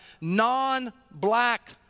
non-black